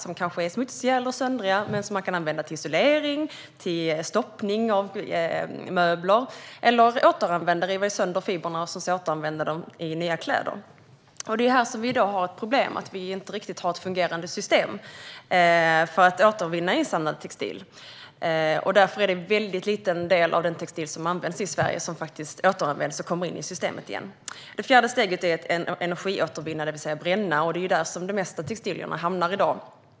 De kanske är smutsiga eller söndriga, men man kan använda dem till isolering eller stoppning i möbler. Man kan också riva sönder fibrerna och återanvända dem i nya kläder. Det är här vi i dag har ett problem. Vi har inget fungerande system för att återvinna insamlad textil. Därför är det en väldigt liten del av den textil som används i Sverige som faktiskt återanvänds och kommer in i systemet igen. Det fjärde steget är att energiåtervinna, det vill säga bränna. Det är där som det mesta av textilierna hamnar i dag.